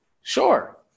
Sure